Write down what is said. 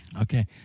Okay